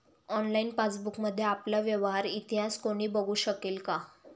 Online पासबुकमध्ये आपला व्यवहार इतिहास कोणी बघु शकेल का?